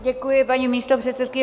Děkuji, paní místopředsedkyně.